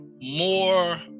more